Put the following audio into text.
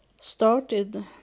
started